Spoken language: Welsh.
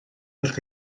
wrth